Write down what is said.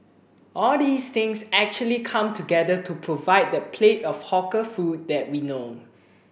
all these things actually come together to provide that plate of hawker food that we know